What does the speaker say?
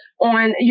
on